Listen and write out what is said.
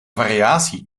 variatie